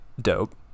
dope